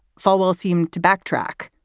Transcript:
falwell seemed to backtrack,